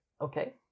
Okay